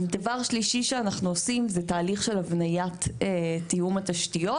דבר שלישי שאנחנו עושים זה תהליך של הבניית תיאום התשתיות.